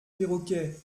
perroquet